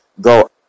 Go